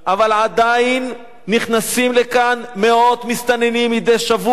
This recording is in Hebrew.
אבל עדיין נכנסים לכאן מאות מסתננים מדי שבוע.